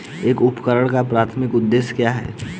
एक उपकरण का प्राथमिक उद्देश्य क्या है?